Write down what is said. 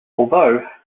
although